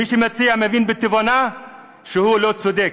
מי שמציע מבין בתובנה שהוא לא צודק.